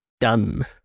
done